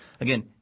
again